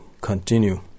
continue